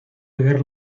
ver